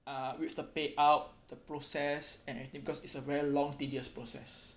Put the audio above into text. uh with the payout the process and everything cause it's a very long tedious process